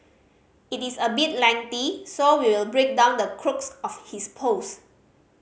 it is a bit lengthy so we will break down the crux of his post